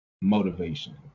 motivation